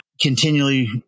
continually